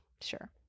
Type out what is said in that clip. Sure